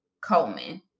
Coleman